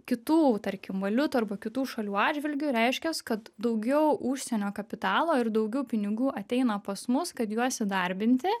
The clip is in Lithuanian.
kitų tarkim valiutų arba kitų šalių atžvilgiu reiškias kad daugiau užsienio kapitalo ir daugiau pinigų ateina pas mus kad juos įdarbinti